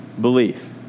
belief